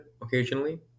occasionally